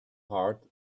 heart